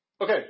Okay